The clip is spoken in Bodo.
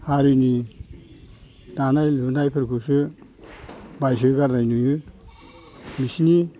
हारिनि दानाय लुनायफोरखौसो बायसो गारनाय नुयो बिसिनि